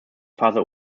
phase